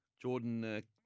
Jordan